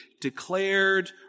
declared